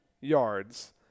yards